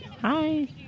Hi